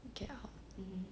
get out